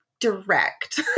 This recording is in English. direct